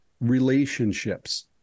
relationships